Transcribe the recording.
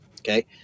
okay